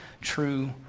true